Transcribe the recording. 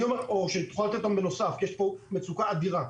או שהיא תוכל לתת אותם בנוסף כי יש פה מצוקה אדירה.